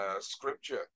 scripture